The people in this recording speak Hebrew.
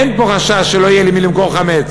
אין פה חשש שלא יהיה למי למכור חמץ,